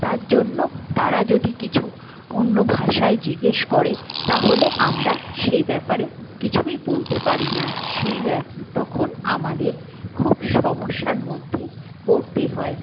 তার জন্য তারা যদি কিছু অন্য ভাষায় জিজ্ঞেস করে তাহলে আমরা সে ব্যাপারে কিছুই বলতে পারি না সেই তখন আমাদের খুব সমস্যার মধ্যে পড়তে হয়